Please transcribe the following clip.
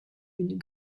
une